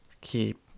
keep